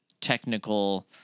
technical